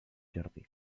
jardí